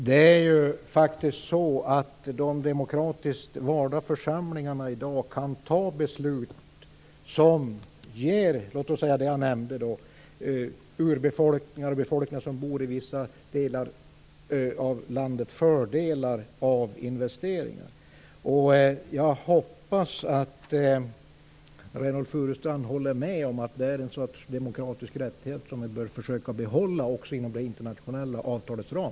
Herr talman! De demokratiskt valda församlingarna kan i dag fatta beslut som ger t.ex. dem som jag nämnde, nämligen urbefolkningar och befolkningar som bor i vissa delar av landet, fördelar av investeringar. Jag hoppas att Reynoldh Furustrand håller med om att det är en sorts demokratisk rättighet som vi bör försöka behålla också inom det internationella avtalets ram.